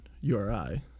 URI